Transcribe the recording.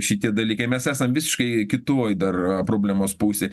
šitie dalykai mes esam visiškai kituoj dar problemos pusėj